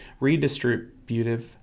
redistributive